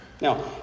Now